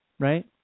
Right